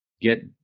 get